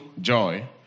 joy